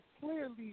clearly